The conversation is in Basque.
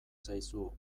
zaizu